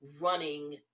running